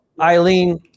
Eileen